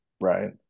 Right